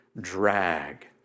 drag